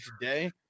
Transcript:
today